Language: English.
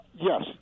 yes